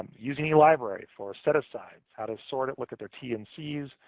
using elibrary for set asides. how to sort it, look at their tncs,